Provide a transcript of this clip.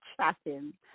chatting